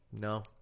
no